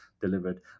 delivered